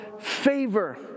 favor